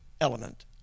element